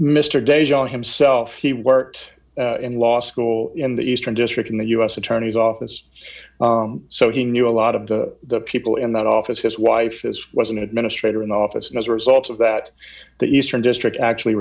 on himself he worked in law school in the eastern district in the u s attorney's office so he knew a lot of the people in that office his wife as was an administrator in the office and as a result of that the eastern district actually